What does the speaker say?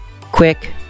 quick